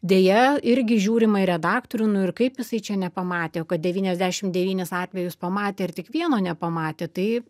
deja irgi žiūrima į redaktorių nu ir kaip jisai čia nepamatė kad devyniasdešimt devynis atvejus pamatė ir tik vieno nepamatė tai